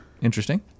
interesting